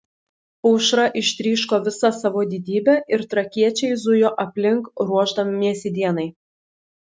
aušra ištryško visa savo didybe ir trakiečiai zujo aplink ruošdamiesi dienai